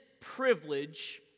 privilege